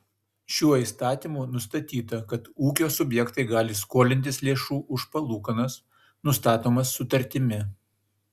šiuo įstatymu nustatyta kad ūkio subjektai gali skolintis lėšų už palūkanas nustatomas sutartimi